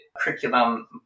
curriculum